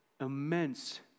Immense